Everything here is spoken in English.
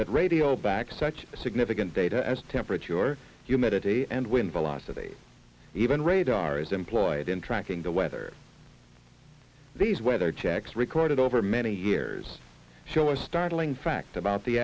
that radio back such a significant data as temperature humidity and wind velocity even radar is employed in tracking the weather these weather checks recorded over many years show a startling fact about the